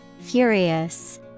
Furious